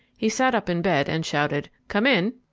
he sat up in bed and shouted come in.